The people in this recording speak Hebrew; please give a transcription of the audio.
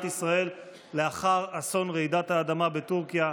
ישראל לאחר אסון רעידת האדמה בטורקיה.